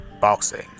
boxing